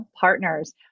Partners